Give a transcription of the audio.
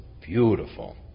beautiful